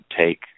take